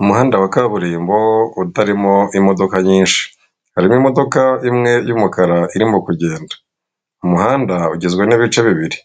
Umuhanda wa kaburimbo utarimo imodoka nyinshi hari imodoka imwe y'umukara irimo kugenda. Umuhanda ugizwe n'ibice bibiri